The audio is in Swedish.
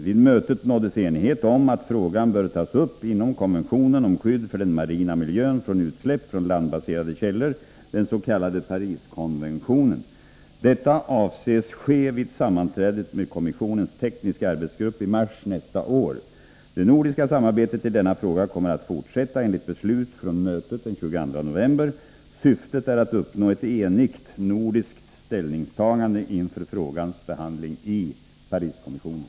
Vid mötet nåddes enighet om att frågan bör tas upp inom konventionen om skydd för den marina miljön från utsläpp från landbaserade källor, den s.k. Pariskonventionen. Detta avses ske vid sammanträdet med kommissionens tekniska arbetsgrupp i mars nästa år. Det nordiska samarbetet i denna fråga kommer att fortsätta enligt beslut från mötet den 22 november. Syftet är att uppnå ett enigt nordiskt ställningstagande inför frågans behandling i Pariskommissionen.